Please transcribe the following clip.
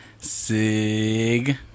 Sig